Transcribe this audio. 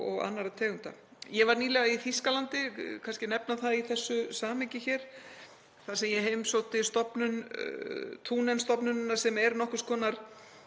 og annarra tegunda. Ég var nýlega í Þýskalandi, vil kannski að nefna það í þessu samhengi hér, þar sem ég heimsótti Thünen-stofnunina sem er nokkurs konar